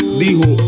dijo